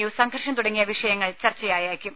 U സംഘർഷം തുടങ്ങിയ വിഷയങ്ങൾ ചർച്ചയായേക്കും